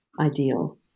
ideal